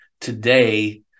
today